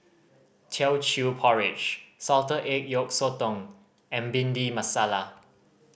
Teochew Porridge salted egg yolk sotong and Bhindi Masala